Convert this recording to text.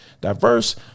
diverse